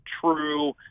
true